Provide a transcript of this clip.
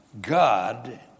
God